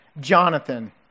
Jonathan